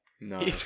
No